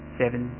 seven